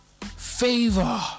favor